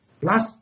Plus